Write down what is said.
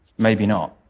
maybe not.